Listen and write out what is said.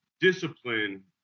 discipline